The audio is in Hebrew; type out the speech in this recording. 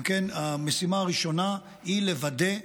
אם כן, המשימה הראשונה היא לוודא,